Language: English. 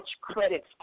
credits